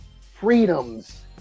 freedoms